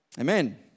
Amen